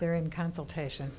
there in consultation